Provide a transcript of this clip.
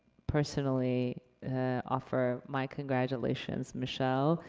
personally offer my congratulations, michelle.